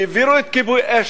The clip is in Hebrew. העבירו את כיבוי-אש